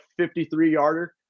53-yarder